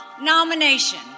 nomination